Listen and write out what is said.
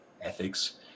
ethics